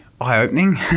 eye-opening